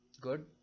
Good